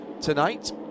tonight